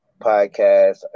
podcast